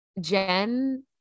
jen